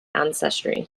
ancestry